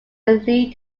lead